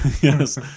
yes